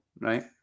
Right